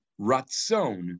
Ratzon